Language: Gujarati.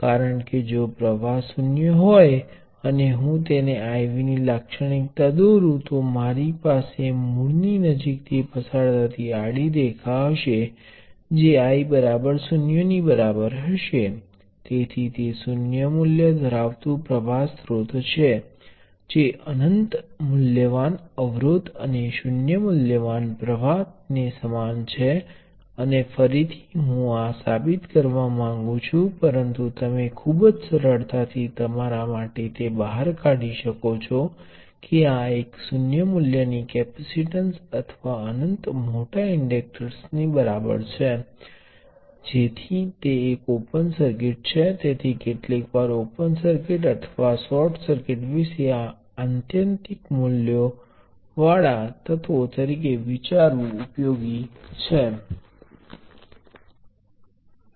હવે જો તમારી પાસે સામાન્ય રીતે વિશિષ્ટ એલિમેન્ટો છે તો તમારે લાક્ષણિકતાને આધારે કાર્ય કરવું પડશે પરંતુ અમે બે ખાસ કેસો તરફ ધ્યાન આપ્યું છે પ્ર્વાહ સ્રોતોના શ્રેણીબદ્ધ જોડાણ અને કોઈપણ એલિમેન્ટનો પ્રવાહ સ્ત્રોત પોતે છે અને વોલ્ટેજ સ્ત્રોત નું સમાંતર જોડાણ અને કોઈપણ એલિમેન્ટ તે જ વોલ્ટેજ સ્રોત છે તેથી તે એલિમેન્ટોના શ્રેણી અને સમાંતર જોડાણ સાથે શું થાય છે તેનો સારાંશ છે